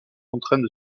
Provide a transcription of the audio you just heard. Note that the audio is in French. contraints